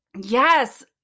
Yes